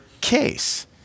case